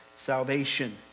salvation